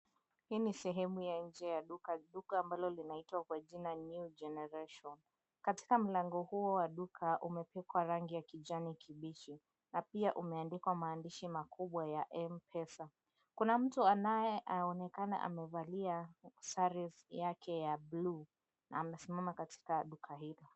Hii ni sehemu ya nje ya duka, duka ambalo linaitwa kwa jina, New Generation. Katika mlango huo wa duka umepakwa rangi ya kijani kibichi na pia umeandikwa maandishi makubwa ya Mpesa. Kuna mtu anayeonekana amevalia sare yake ya bluu, na amesimama katika duka hilo.